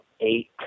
eight